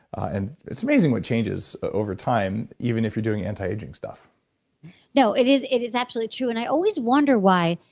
and it's amazing what changes over time, even if you're doing anti-aging stuff no, it is it is absolutely true. and i always wonder why,